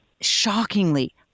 shockingly